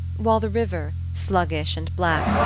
while the river, sluggish and black,